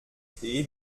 tee